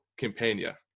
Campania